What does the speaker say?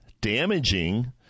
damaging